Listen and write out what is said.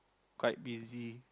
quite busy